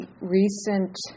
recent